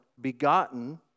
begotten